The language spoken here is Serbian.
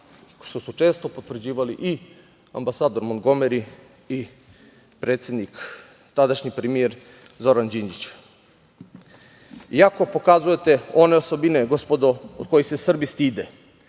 što su često potvrđivali i ambasador Montgomeri i predsednik, tadašnji premijer Zoran Đinđić. Iako pokazujete one osobine, gospodo, kojih se Srbi stide,